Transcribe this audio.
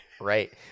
right